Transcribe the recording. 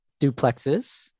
duplexes